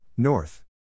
North